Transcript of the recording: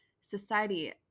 society